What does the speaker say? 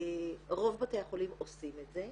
רוב בתי החולים עושים את זה.